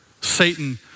Satan